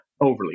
overly